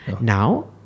Now